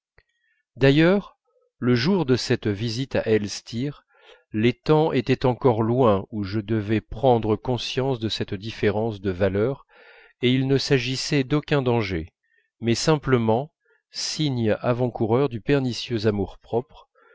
d'ailleurs le jour de cette visite à elstir les temps étaient encore loin où je devais prendre conscience de cette différence de valeur et il ne s'agissait d'aucun danger mais simplement signe avant-coureur du pernicieux